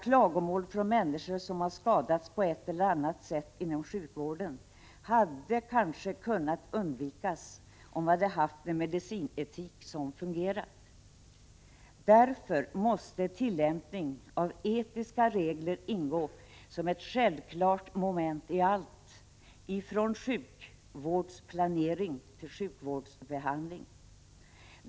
Klagomålen från alla människor som har skadats på ett eller annat sätt inom sjukvården hade kanske kunnat undvikas, om vi hade haft en medicinetik som fungerat. Därför måste tillämpning av etiska regler ingå som ett självklart moment i allt ifrån sjukvårdsplanering till sjukvårdsbehandling.